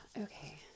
okay